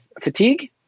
fatigue